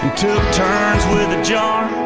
turns with a jar,